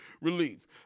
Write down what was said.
relief